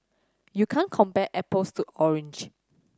you can't compare apples to orange